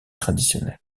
traditionnels